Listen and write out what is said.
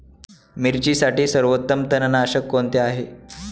मिरचीसाठी सर्वोत्तम तणनाशक कोणते आहे?